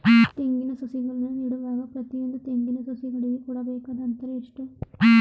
ತೆಂಗಿನ ಸಸಿಗಳನ್ನು ನೆಡುವಾಗ ಪ್ರತಿಯೊಂದು ತೆಂಗಿನ ಸಸಿಗಳಿಗೆ ಕೊಡಬೇಕಾದ ಅಂತರ ಎಷ್ಟು?